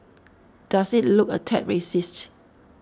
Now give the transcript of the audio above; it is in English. does it look a tad racist